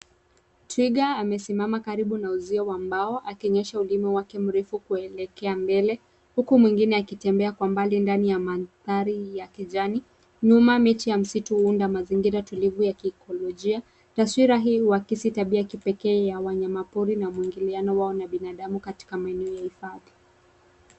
Twiga amesimama karibu na uzio wa mbao akionyesha ulima wake mrefu kuelekea mbele huku mwengine akitembea kwa mbali mbale ya mandhari ya kijani. Nyuma miti ya msitu huunda mazingira tulivu ya kiekolojia. Taswira hii huakisi tabia ya kipekee ya wanyapori na mwingiliano wao na binadamu katika maeneo ya hifadhi.